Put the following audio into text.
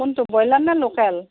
কোনটো ব্ৰইলাৰ নে লোকেল